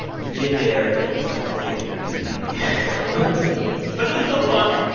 we get there. it was, like, forty eight degrees and rainy whoopsy daisy but it was still fun.